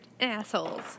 assholes